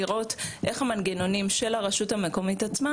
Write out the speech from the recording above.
לראות איך המנגנונים של הרשות המקומית עצמה,